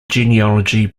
genealogy